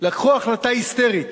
לקחו החלטה היסטרית